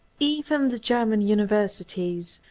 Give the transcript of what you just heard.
even the german universities,